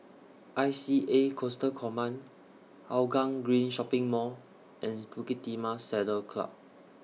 I C A Coastal Command Hougang Green Shopping Mall and Bukit Timah Saddle Club